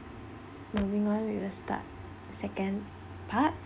moving on we will start the second part